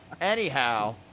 Anyhow